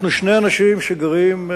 אנחנו שני אנשים שגרים,